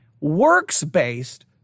works-based